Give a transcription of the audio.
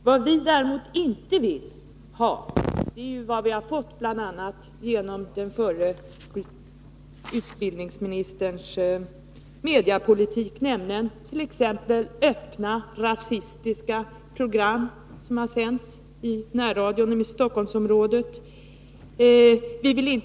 Vad vi däremot inte vill ha är vad vi har fått genom den förre utbildningsministerns mediepolitik, nämligen t.ex. öppet rasistiska program som har sänts i närradion i Stockholmsområdet.